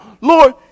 Lord